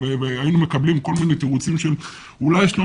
היינו מקבלים כל מיני תירוצים של אולי יש לו